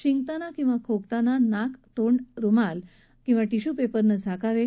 शिंकताना किंवा खोकताना नाक आणि तोंड रुमाल किंवा विधियू पेपरनं झाकावे